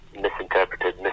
misinterpreted